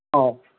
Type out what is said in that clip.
ꯑꯧ